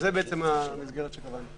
זאת המסגרת שקבענו.